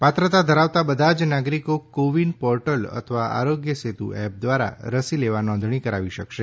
પાત્રતા ધરાવતા બધા જ નાગરીકો કોવીન પોર્ટલ અથવા આરોગ્ય સેતુ એપ દ્વારા રસી લેવા નોંધણી કરાવી શકશે